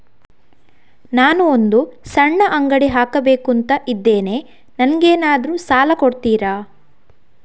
ನಾನು ಒಂದು ಸಣ್ಣ ಅಂಗಡಿ ಹಾಕಬೇಕುಂತ ಇದ್ದೇನೆ ನಂಗೇನಾದ್ರು ಸಾಲ ಕೊಡ್ತೀರಾ?